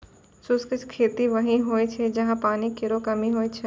शुष्क खेती वहीं होय छै जहां पानी केरो कमी होय छै